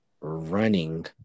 running